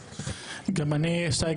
גם אני אברך